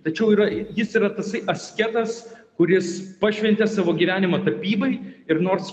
tačiau yra jis yra tasai asketas kuris pašventė savo gyvenimą tapybai ir nors